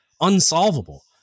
unsolvable